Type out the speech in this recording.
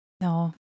No